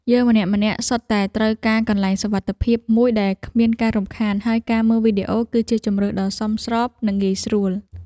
យើងម្នាក់ៗសុទ្ធតែត្រូវការកន្លែងសុវត្ថិភាពមួយដែលគ្មានការរំខានហើយការមើលវីដេអូគឺជាជម្រើសដ៏សមស្របនិងងាយស្រួល។